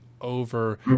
over